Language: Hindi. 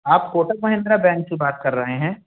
आप कोटक महिंद्रा बैंक से बात कर रहे हैं